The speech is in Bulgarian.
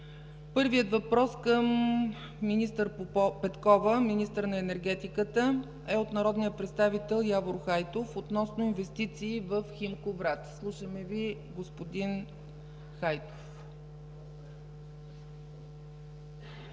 Първият въпрос към госпожа Петкова – министър на енергетиката, от народния представител Явор Хайтов, относно инвестиции в „Химко” – Враца. Слушаме Ви, господин Хайтов.